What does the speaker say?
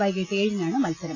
വൈകിട്ട് ഏഴിനാണ് മത്സരം